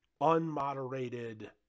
unmoderated